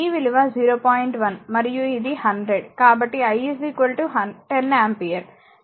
1 మరియు ఇది 100 కాబట్టి i 10 ఆంపియర్ సరే